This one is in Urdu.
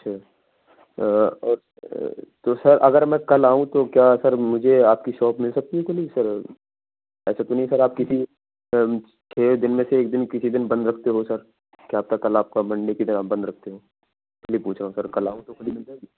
اچھا تو سر اگر میں کل آؤں تو کیا سر مجھے آپ کی شاپ مل سکتی ہے کھلی سر ایسا تو نہیں سر آپ کسی چھ دن میں سے ایک دن کسی دن بند رکھتے ہوں سر کیا پتہ کل آپ کا منڈے کے دن آپ بند رکھتے ہوں اس لیے پوچھ رہا ہوں سر کل آؤں تو کھلی مل جائے گی